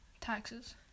Taxes